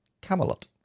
Camelot